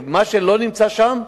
ומה שלא נמצא שם,